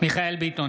מיכאל מרדכי ביטון,